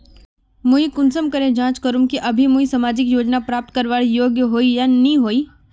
मुई कुंसम करे जाँच करूम की अभी मुई सामाजिक योजना प्राप्त करवार योग्य होई या नी होई?